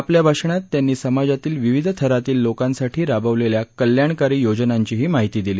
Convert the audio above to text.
आपल्या भाषणात त्यांनी समाजातील विविध थरातील लोकांसाठी राबवलेल्या कल्याणकारी योजनांची माहितीही दिली